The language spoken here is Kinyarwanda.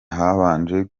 habanje